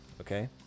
okay